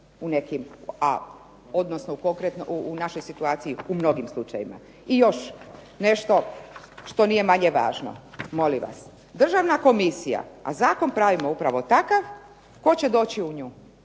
ona smatra da je to potrebno, u našoj situaciji u mnogim slučajevima. I još nešto, što nije manje važno. Molim vas, Državna komisija a Zakon pravimo upravo takav, a tko će doći u nju,